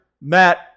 Matt